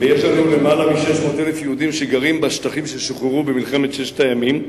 ויש לנו יותר מ-600,000 יהודים שגרים בשטחים ששוחררו במלחמת ששת הימים,